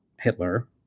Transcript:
Hitler